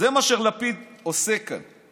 זה מה שלפיד עושה כאן.